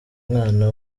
umwana